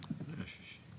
גם 44,